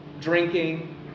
drinking